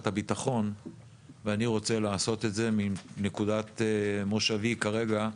הביטחון ואני רוצה לעשות את זה מנקודת מושבי כרגע,